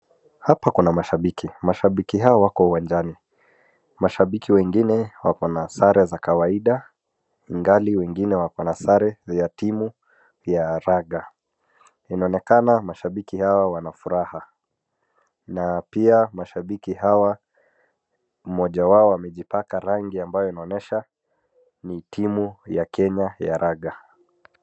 Hapa kuna mashabiki, mashabiki hawa wako uwanjani, mashabiki wengine wako na sare za kawaida ingali wengine wako na sare ya timu ya raga, inaonekana mashabiki hawa wana furaha na pia mashabiki hawa mmoja wao amejipaka rangi ambayo inaonyesha ni timu ya Kenya ya raga.